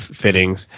fittings